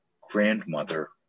grandmother